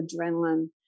adrenaline